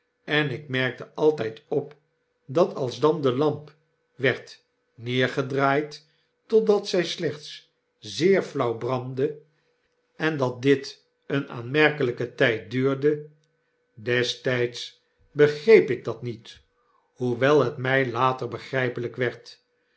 en ik merkte altijd op dat alsdan de lamp werd neergedraaid totdat zij slechts zeer flauw brandde en dat dit een aanmerkelijken tijd duurde destijds begreep ik dat niet hoewel het mij later begrijpelijk werd